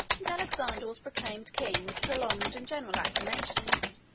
and alexander was proclaimed king with prolonged and general acclamations.